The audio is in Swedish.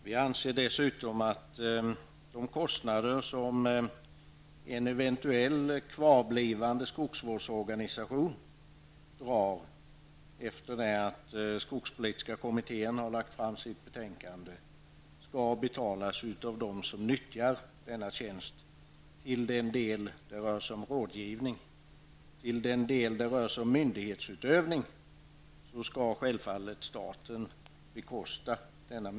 Vi anser dessutom att de kostnader som en eventuell kvarblivande skogsvårdsorganisation har efter det att den skogspolitiska kommittén har lagt fram sitt betänkande, skall betalas av dem som nyttjar denna tjänst till den del det rör sig om rådgivning. Till den del det rör sig om myndighetsutövning skall självfallet staten bekosta detta.